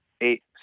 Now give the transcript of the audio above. eight